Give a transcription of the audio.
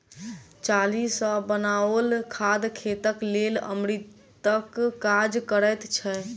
चाली सॅ बनाओल खाद खेतक लेल अमृतक काज करैत छै